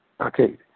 Okay